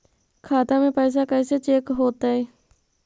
खाता में पैसा कैसे चेक हो तै?